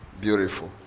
Beautiful